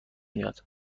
میاد